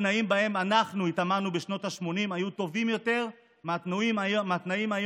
התנאים שבהם אנחנו התאמנו בשנות השמונים היו טובים יותר מהתנאים היום,